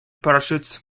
parachutes